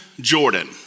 Jordan